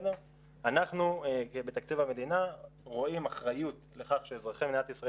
אנחנו בתקציב המדינה רואים אחריות לכך שאזרחי מדינת ישראל